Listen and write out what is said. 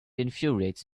infuriates